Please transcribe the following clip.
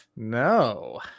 no